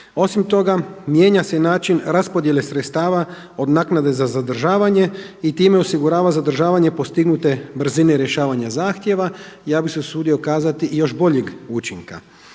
Osim toga mijenja se i način raspodjele sredstava od naknade za zadržavanje i time osigurava zadržavanje postignute brzine rješavanja zahtjeva. Ja bih se usudio kazati još boljeg učinka.